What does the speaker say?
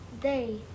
Day